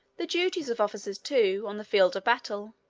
the duties of officers, too, on the field of battle,